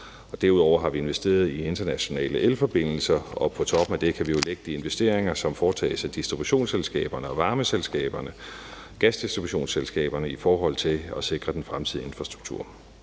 Derudover har vi investeret i internationale elforbindelser, og på toppen af det kan vi jo lægge de investeringer, som foretages af distributionsselskaberne, varmeselskaberne og gasdistributionsselskaberne i forhold til at sikre den fremtidige infrastruktur.